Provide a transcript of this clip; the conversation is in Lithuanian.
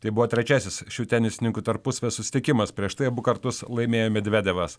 tai buvo trečiasis šių tenisininkų tarpusavio susitikimas prieš tai abu kartus laimėjo medvedevas